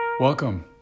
Welcome